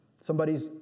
Somebody's